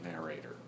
narrator